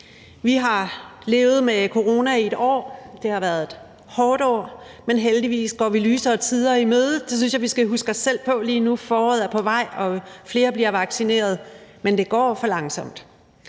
Vi har levet med corona i et år. Det har været et hårdt år, men heldigvis går vi lysere tider i møde, og det synes jeg vi skal huske os selv på lige nu. Foråret er på vej, og flere bliver vaccineret. Men det går for langsomt.